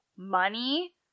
money